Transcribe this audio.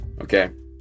okay